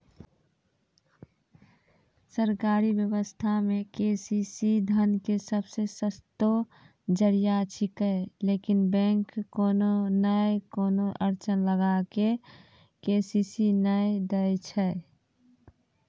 सरकारी व्यवस्था मे के.सी.सी धन के सबसे सस्तो जरिया छिकैय लेकिन बैंक कोनो नैय कोनो अड़चन लगा के के.सी.सी नैय दैय छैय?